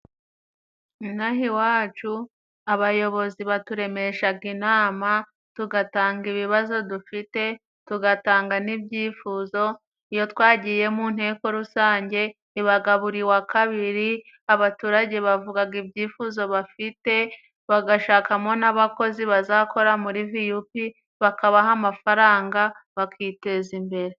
Inaha iwacu, abayobozi baturemeshaga inama tugatanga ibibazo dufite, tugatanga n'ibyifuzo. Iyo twagiye mu nteko rusange ibaga buri wa kabiri, abaturage bavugaga ibyifuzo bafite bagashakamo n'abakozi bazakora muri viyupi, bakabaha amafaranga bakiteza imbere.